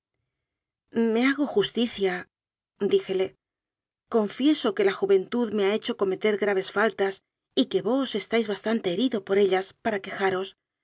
me hago justiciadíjele confieso que la ju ventud me ha hecho cometer graves faltas y que vos estáis bastante herido por ellas para